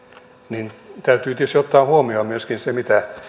niin että täytyy tietysti ottaa huomioon myöskin mitä